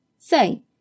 Say